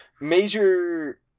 major